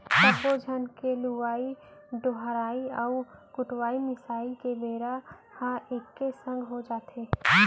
सब्बे झन के लुवई डोहराई अउ कुटई मिसाई के बेरा ह एके संग हो जाथे